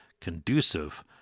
conducive